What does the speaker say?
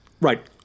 Right